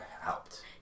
helped